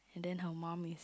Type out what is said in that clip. then her mum is